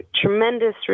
tremendous